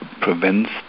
prevents